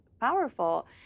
powerful